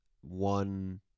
one